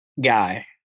guy